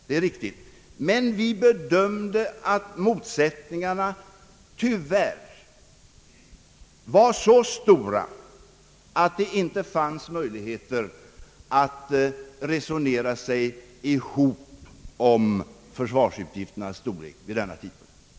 Det är riktigt, men vi bedömde att motsättningarna tyvärr var så stora att det inte fanns möjlighet att resonera sig ihop om försvarskostnadernas storlek vid denna tid.